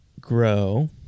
grow